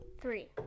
Three